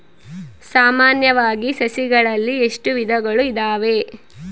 ಸಾಮಾನ್ಯವಾಗಿ ಸಸಿಗಳಲ್ಲಿ ಎಷ್ಟು ವಿಧಗಳು ಇದಾವೆ?